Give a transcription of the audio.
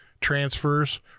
transfers